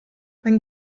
wenn